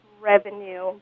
revenue